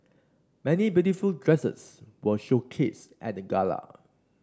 many beautiful dresses were showcased at the gala